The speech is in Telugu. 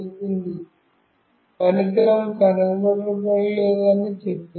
అది చెప్పింది పరికరం కనుగొనబడలేదు అని